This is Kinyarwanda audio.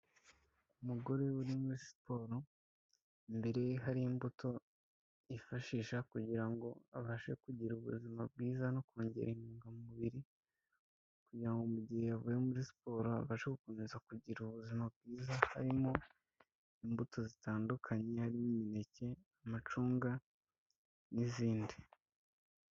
Umugore uri muri siporo, imbere ye hari imbuto yifashisha kugira ngo abashe kugira ubuzima bwiza no kongera intungamubiri, kugira ngo mu gihe yavuye muri siporo abashe gukomeza kugira ubuzima bwiza, harimo imbuto zitandukanye, harimo imineke, amacunga n'izindi.